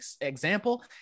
example